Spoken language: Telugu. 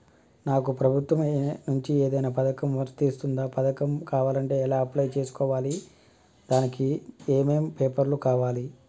నాకు ప్రభుత్వం నుంచి ఏదైనా పథకం వర్తిస్తుందా? పథకం కావాలంటే ఎలా అప్లై చేసుకోవాలి? దానికి ఏమేం పేపర్లు కావాలి?